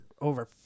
over